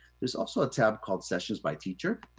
there's also a tab called sessions by teacher.